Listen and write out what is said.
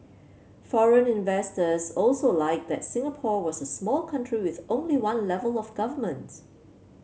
foreign investors also liked that Singapore was a small country with only one level of government